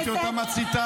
ראיתי אותה מציתה.